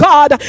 God